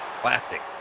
classic